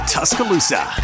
Tuscaloosa